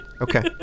Okay